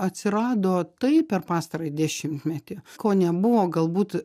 atsirado tai per pastarąjį dešimtmetį ko nebuvo galbūt